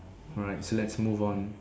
alright so let's move on